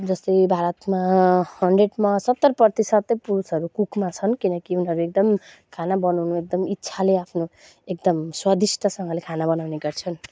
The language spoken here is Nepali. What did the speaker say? जस्तै भारतमा हन्ड्रेडमा सत्तर प्रतिशतै पुरुषहरू कुकमा छन् किनकि उनीहरू एकदम खाना बनाउनु एकदम इच्छाले आफ्नो एकदम स्वादिष्टसँगले खाना बनाउने गर्छन्